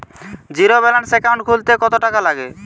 Zero balance account খুলতে কত টাকা লাগে?